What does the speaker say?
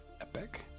epic